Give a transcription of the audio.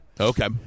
Okay